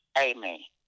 Amy